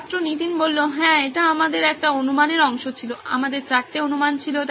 ছাত্র নীতিন হ্যাঁ এটি আমাদের একটি অনুমানের অংশ ছিল আমাদের চারটি অনুমান ছিল